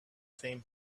same